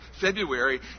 February